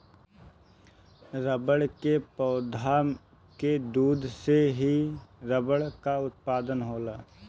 रबड़ के पौधा के दूध से ही रबड़ कअ उत्पादन होला